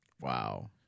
Wow